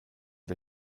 der